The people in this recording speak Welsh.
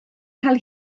cael